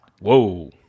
Whoa